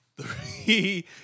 Three